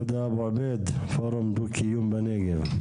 פורום דו קיום בנגב.